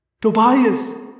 Tobias